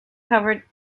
covered